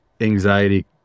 anxiety